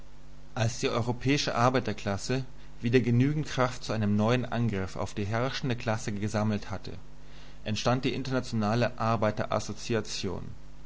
als die europäische arbeiterklasse wieder genügend kraft zu einem neuen angriff auf die herrschende klasse gesammelt hatte entstand die internationale